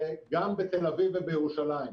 גם בתל אביב ובירושלים.